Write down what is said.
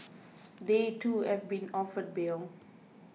they too have been offered bail